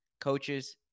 coaches